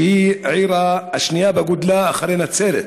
שהיא העיר השנייה בגודלה, אחרי נצרת?